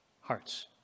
hearts